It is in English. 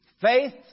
Faith